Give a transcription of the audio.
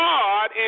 God